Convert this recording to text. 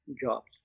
jobs